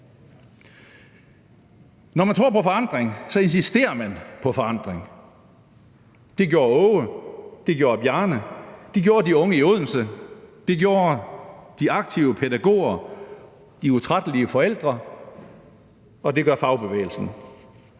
Når man tror på forandring, insisterer man på forandring. Det gjorde Aage, det gjorde Bjarne, det gjorde de unge i Odense, det gjorde de aktive pædagoger, de utrættelige forældre, og det gør fagbevægelsen.